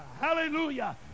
hallelujah